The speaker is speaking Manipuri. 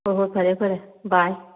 ꯍꯣꯏ ꯍꯣꯏ ꯐꯔꯦ ꯐꯔꯦ ꯕꯥꯏ